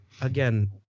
again